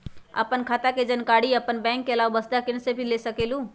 आपन खाता के जानकारी आपन बैंक के आलावा वसुधा केन्द्र से भी ले सकेलु?